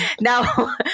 now